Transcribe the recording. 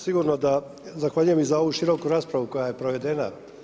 Sigurno da zahvaljujem i za ovu široku raspravu koja je provedena.